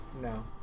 No